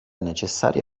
necessarie